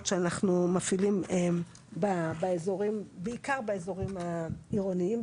שאנחנו מפעילים בעיקר באזורים העירוניים,